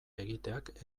egiteak